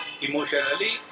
emotionally